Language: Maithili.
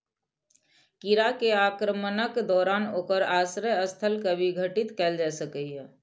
कीड़ा के आक्रमणक दौरान ओकर आश्रय स्थल कें विघटित कैल जा सकैए